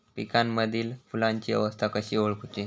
पिकांमदिल फुलांची अवस्था कशी ओळखुची?